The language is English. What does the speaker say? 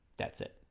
that's it